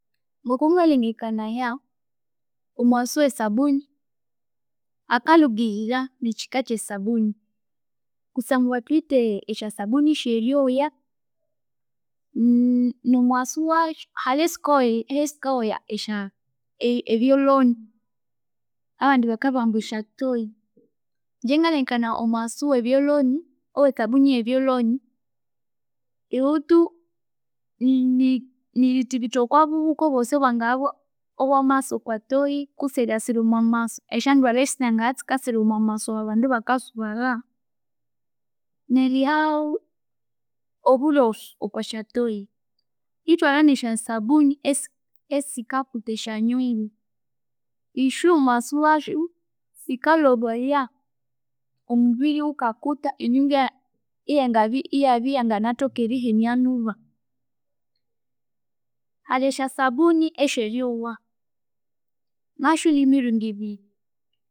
Ngokungalhengekanaya omuwasu wesabuni akalhungirira nikyikakyi esabuni kusangwa thuwithe esyasabuni esyeryoya nemu wasuwayu halhi esikawoya esikawoya ebyalhoni abandi bakabugha ambu esyathoyi, ingye ngalhengekanaya omuwasu webyalhoni owesabuni webyolhoni, iwuthu ni- nirithibitha okobuhuka bosi obwangabya obwamasa okwathoyi, kutsi eryasira omwamaswe, esyandwalha singaha esikasira omwamaswe owabandu bakasubalha, nerihaho oburofu okwasyathoyi, ithwabya nesyasabuni esi- esikakutha esyanyungu isyu omuwasuwasyu sikalhobaya omubiri nwukakutha enyungu eyangabya yabyayanganathoka erihenia lhuba halhi esyasabuni esyerowa nasyu nimiringu ebiri